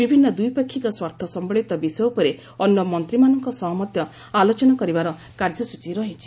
ବିଭିନ୍ନ ଦ୍ୱିପାକ୍ଷିକ ସ୍ୱାର୍ଥ ସମ୍ଭଳିତ ବିଷୟ ଉପରେ ଅନ୍ୟ ମନ୍ତ୍ରୀମାନଙ୍କ ସହ ମଧ୍ୟ ଆଲୋଚନା କରିବାର କାର୍ଯ୍ୟସ୍ତୀ ରହିଛି